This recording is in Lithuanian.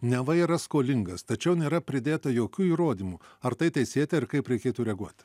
neva yra skolingas tačiau nėra pridėta jokių įrodymų ar tai teisėta ir kaip reikėtų reaguot